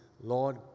Lord